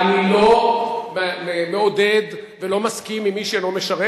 אני לא מעודד ולא מסכים עם מי שלא משרת,